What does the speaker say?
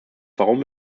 warum